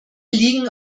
liegen